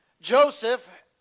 Joseph